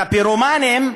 את הפירומנים,